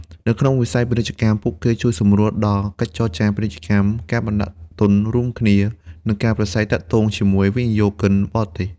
នៅក្នុងវិស័យពាណិជ្ជកម្ម ពួកគេជួយសម្រួលដល់កិច្ចចរចាពាណិជ្ជកម្ម ការបណ្តាក់ទុនរួមគ្នា និងការប្រាស្រ័យទាក់ទងជាមួយវិនិយោគិនបរទេស។